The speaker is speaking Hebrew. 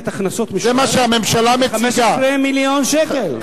תוספת הכנסות משוערת, כ-15 מיליון שקלים.